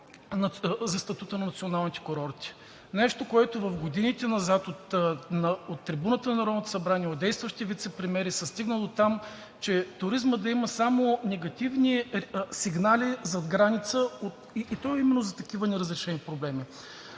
за статута на националните курорти – нещо, което в годините назад от трибуната на Народното събрание, от действащи вицепремиери се стигна дотам, че туризмът да има само негативни сигнали зад граница и то именно за такива неразрешени проблеми.